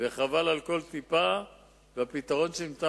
חבל על כל טיפה והפתרון שניתן,